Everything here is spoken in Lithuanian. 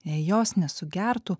jei jos nesugertų